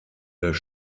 das